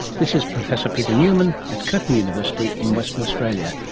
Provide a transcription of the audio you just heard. this is professor peter newman at curtin university in western australia,